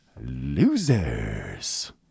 losers